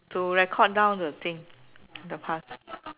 to record down the thing the past